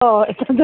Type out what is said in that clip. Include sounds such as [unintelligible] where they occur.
ꯍꯣꯏ ꯍꯣꯏ [unintelligible]